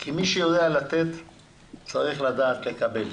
כי מי שיודע לתת צריך לדעת לקבל.